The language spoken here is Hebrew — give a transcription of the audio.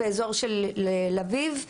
בטח לא בזמן מלחמה למתקן מסורבים בתנאי